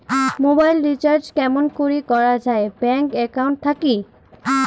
Mobile recharge কেমন করি করা যায় ব্যাংক একাউন্ট থাকি?